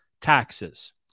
taxes